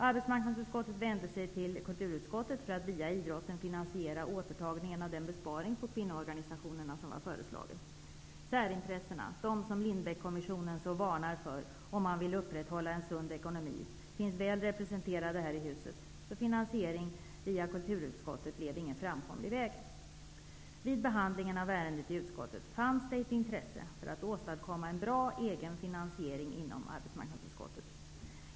Arbetsmarknadsutskottet vände sig till kulturutskottet för att via idrotten finansiera återtagningen av den besparing på kvinnoorgansationerna som var föreslagen. Särintressena, de som Lindbeckkommissionen varnar så för om man vill upprätthålla en sund ekonomi, finns väl representerade här i huset, så finansiering via kulturutskottet blev ingen framkomlig väg. Vid behandlingen av ärendet i utskottet fanns det ett intresse för att åstadkomma en bra egen finansiering inom arbetsmarknadsutskottet.